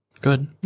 Good